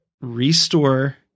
restore